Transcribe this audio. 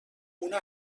una